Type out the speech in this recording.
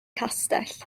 castell